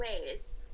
ways